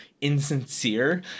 insincere